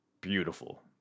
Beautiful